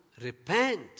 repent